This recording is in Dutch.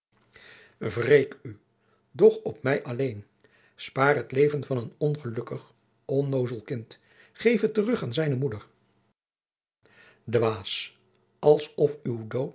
wreek u doch op mij alleen spaar het leven van een ongelukkig onnozel kind geef het terug aan zijne moeder dwaas als of uw dood